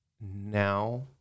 now